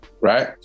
Right